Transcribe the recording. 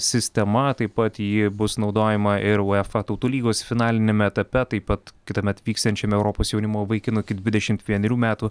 sistema taip pat ji bus naudojama ir uefa tautų lygos finaliniame etape taip pat kitąmet vyksiančiame europos jaunimo vaikinų iki dvidešimt vienerių metų